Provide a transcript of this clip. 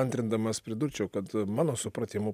antrindamas pridurčiau kad mano supratimu